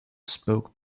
spoke